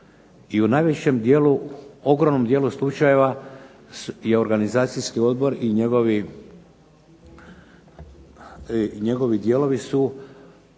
upravu. I u ogromnom dijelu slučajeva je organizacijski odbor i njegovi dijelovi su